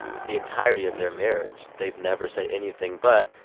the entirety of their marriage they've never said anything but,